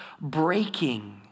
breaking